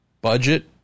Budget